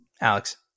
Alex